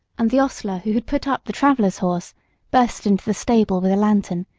and the hostler who had put up the traveler's horse burst into the stable with a lantern,